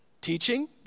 teaching